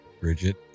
Bridget